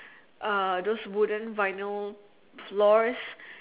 uh those wooden vinyl floors